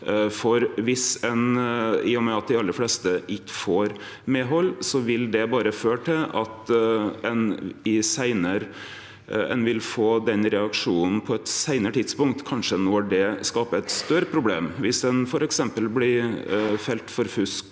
med at dei aller fleste ikkje får medhald, vil det berre føre til at ein vil få den reaksjonen på eit seinare tidspunkt – kanskje når det skaper eit større problem. Viss ein f.eks. blir felt for fusk